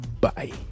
Bye